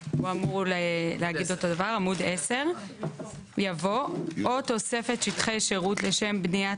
בתוספת בנייה זה תוספת של 50%. תוספת לבניין